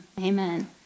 Amen